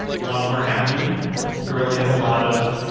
a lot more happy. i really have a lot of